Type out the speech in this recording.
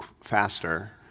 faster